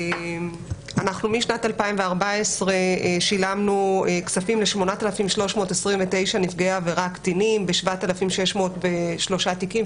משנת 2014 שילמנו כספים ל-8,329 נפגעי עבירה קטינים ב-7,603 תיקים,